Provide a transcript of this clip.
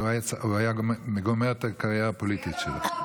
הוא היה גומר את הקריירה הפוליטית שלו.